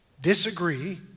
disagree